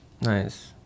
Nice